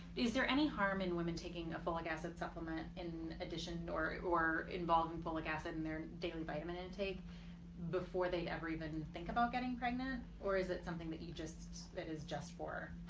is there any harm in women taking a folic acid supplement in addition or or involved in folic acid and their daily vitamin intake before they ever even think about getting pregnant or is it something that you just that is just for.